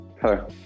Hello